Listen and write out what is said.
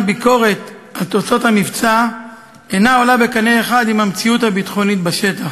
הביקורת על תוצאות המבצע אינה עולה בקנה אחד עם המציאות הביטחונית בשטח.